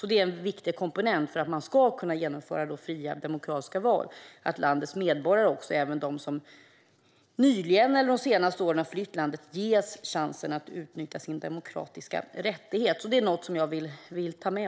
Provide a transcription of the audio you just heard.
Det är en viktig komponent för att kunna genomföra fria demokratiska val att landets medborgare, även de som nyligen eller de senaste åren har flytt landet, ges chansen att utnyttja sina demokratiska rättigheter. Det är något jag vill ta med.